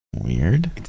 weird